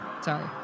sorry